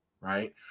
right